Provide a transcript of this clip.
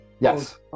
yes